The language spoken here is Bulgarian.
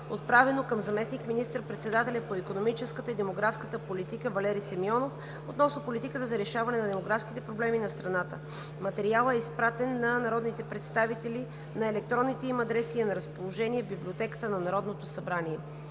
отправено към заместник министър-председателя по икономическата и демографската политика Валери Симеонов относно политиката за решаване на демографските проблеми на страната. Материалът е изпратен на народните представители на електронните им адреси и е на разположение в Библиотеката на Народното събрание.